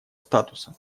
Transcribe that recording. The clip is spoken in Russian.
статуса